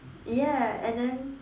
ya and then